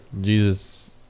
Jesus